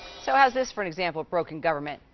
so how's this for an example of broken government?